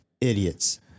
Idiots